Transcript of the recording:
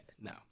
no